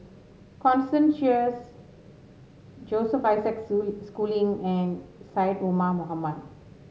Constance Sheares Joseph Isaac Schooling and Syed Omar Mohamed